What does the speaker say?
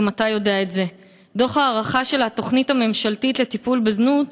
הרווחה והשירותים החברתיים